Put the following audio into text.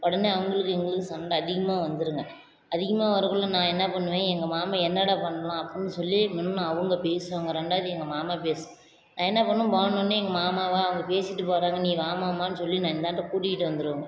உடனே அவங்களுக்கு எங்களுக்கும் சண்டை அதிகமாக வந்துடுங்க அதிகமாக வரக்குள்ள நான் என்ன பண்ணுவேன் எங்கள் மாமா என்னடா பண்ணலாம் அப்படின் சொல்லி முன்னே அவங்க பேசுவாங்க ரெண்டாவது எங்கள் மாமா பேசும் நான் என்ன பண்ணுவேன் போனோடனே எங்கள் மாமாவை அவங்க பேசிட்டு போகிறாங்க நீ வா மாமான்னு சொல்லி நான் இந்தாண்ட கூட்டிக்கிட்டு வந்துடுவேன்